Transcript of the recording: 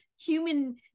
human